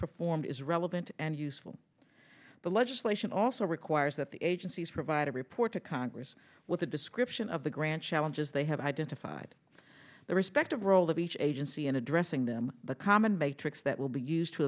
performed is relevant and useful but legislation also requires that the agencies provide a report to congress with a description of the grand challenges they have identified the respective roles of each agency in addressing them the common matrix that will be used to